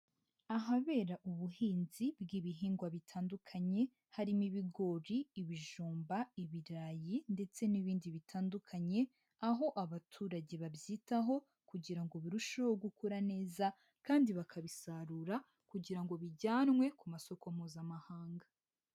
Ahabera ubuhinzi bw'ibihingwa bitandukanye, harimo ibigori, ibijumba, ibirayi ndetse n'ibindi bitandukanye, aho abaturage babyitaho kugira ngo birusheho gukura neza kandi bakabisarura kugira ngo bijyanwe ku masoko mpuzamahanga.